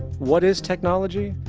what is technology?